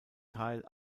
teil